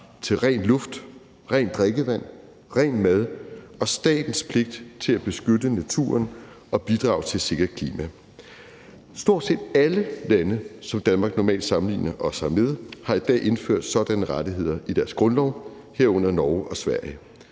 til ren luft, rent drikkevand, ren mad og statens pligt til at beskytte naturen og bidrage til et sikkert klima. Stort set alle lande, som Danmark normalt sammenligner sig med, har i dag indført sådanne rettigheder i deres grundlov, herunder Norge og Sverige.